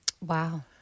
Wow